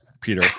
Peter